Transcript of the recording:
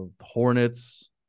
Hornets